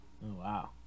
wow